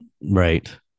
Right